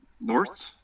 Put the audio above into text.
North